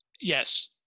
Yes